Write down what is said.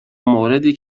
موردی